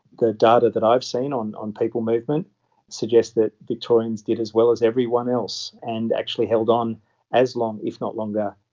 the data that i've seen on on people movement suggests that victorians did as well as everyone else and actually held on as long, if not longer,